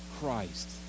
Christ